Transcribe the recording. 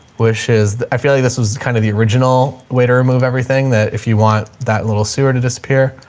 which is, i feel like this was kind of the original way to remove everything that if you want that little sewer to disappear,